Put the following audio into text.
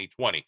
2020